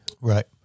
Right